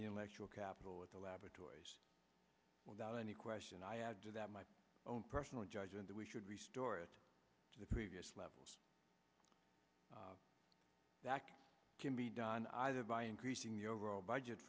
intellectual capital of the laboratories without any question i add to that my own personal judgment that we should restore it to the previous levels that can be done either by increasing the overall budget